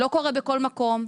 לא קורה בכל מקום.